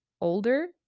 older